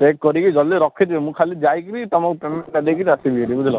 ପେକ କରିକି ଜଲ୍ଦି ରଖିଥିବ ମୁଁ ଖାଲି ଯାଇକି ତମକୁ ପେମେଟ କରିକି ଆସିବି ବୁଝିଲ